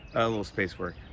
a little space work.